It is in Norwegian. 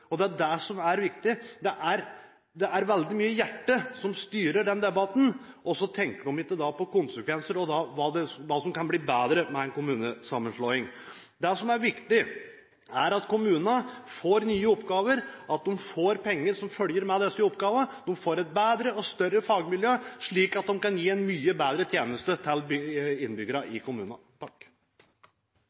Det er det som er viktig. Det er veldig mye hjertet som styrer denne debatten, og så tenker en ikke på konsekvenser og hva som kan bli bedre med en kommunesammenslåing. Det som er viktig, er at kommunene får nye oppgaver, at de får penger som følger med disse oppgavene, og at de får et bedre og større fagmiljø, slik at de kan gi en mye bedre tjeneste til innbyggerne i